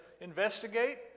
investigate